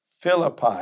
Philippi